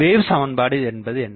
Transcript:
wave சமன்பாடு என்பது என்ன